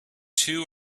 two